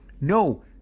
No